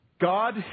God